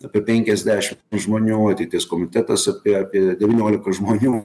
apie penkiasdešimt žmonių ateities komitetas apie apie devyniolika žmonių